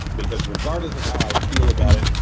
because, regardless of how i feel about it,